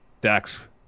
Dax